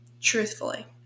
truthfully